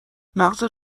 مغزت